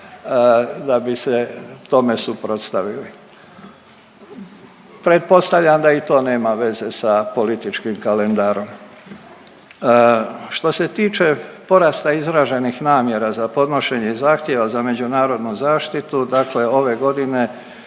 da bi se tome suprotstavili. Pretpostavljam da i to nema veze sa političkim kalendarom. Što se tiče porasta izraženih namjera za podnošenje zahtjeva za međunarodnu zaštitu, dakle ove godine